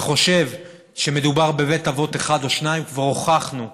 וחושב שמדובר בבית אבות אחד או שניים, כבר הוכחנו,